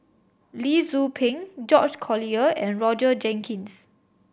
Lee Tzu Pheng George Collyer and Roger Jenkins